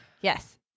Yes